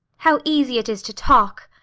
how easy it is to talk!